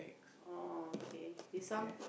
oh okay this one